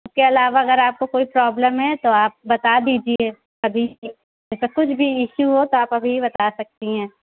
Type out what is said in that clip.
اس کے علاوہ اگر آپ کو کوئی پروبلم ہے تو آپ بتا دیجیے ابھی ایسا کچھ بھی ایشو ہو تو آپ ابھی ہی بتا سکتی ہیں